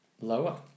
Lower